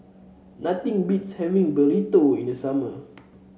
nothing beats having Burrito in the summer